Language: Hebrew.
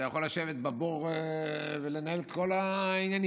אתה יכול לשבת בבור ולנהל את כל העניינים,